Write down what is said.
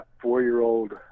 four-year-old